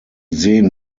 sehen